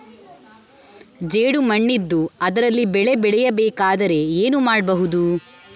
ಜೇಡು ಮಣ್ಣಿದ್ದು ಅದರಲ್ಲಿ ಬೆಳೆ ಬೆಳೆಯಬೇಕಾದರೆ ಏನು ಮಾಡ್ಬಹುದು?